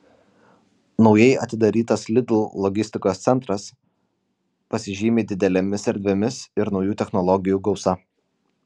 naujai atidarytas lidl logistikos centras pasižymi didelėmis erdvėmis ir naujų technologijų gausa